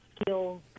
skills